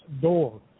door